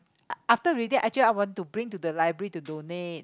after reading actually I want to bring it to the library to donate